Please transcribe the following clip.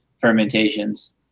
fermentations